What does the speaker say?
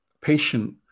patient